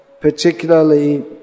particularly